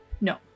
No